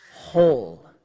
Whole